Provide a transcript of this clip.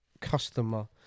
customer